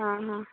ଅ ହଁ